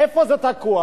איפה זה תקוע?